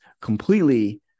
completely